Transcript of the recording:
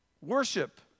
Worship